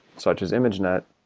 such as imagenet,